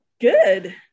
Good